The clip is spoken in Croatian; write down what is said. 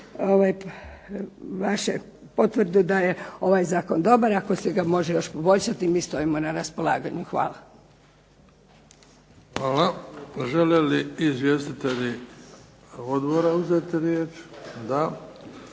vaše potvrde da je ovaj Zakon dobar, ako ga se može još poboljšati, mi stojimo na raspolaganju. Hvala. **Bebić, Luka (HDZ)** Hvala. Žele li izvjestitelji Odbora uzeti riječ? U